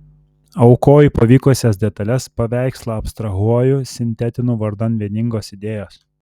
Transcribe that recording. aukoju pavykusias detales paveikslą abstrahuoju sintetinu vardan vieningos idėjos